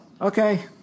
Okay